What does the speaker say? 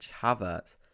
Havertz